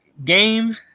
Game